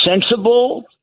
Sensible